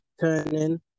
turning